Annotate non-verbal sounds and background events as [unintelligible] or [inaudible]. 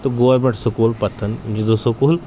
تہٕ government school پَتھَن [unintelligible] school